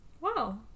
Wow